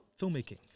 filmmaking